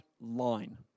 line